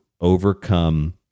overcome